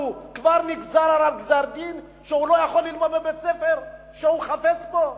כבר נגזר עליו גזר-דין שהוא לא יכול ללמוד בבית-ספר שהוא חפץ בו?